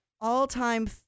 all-time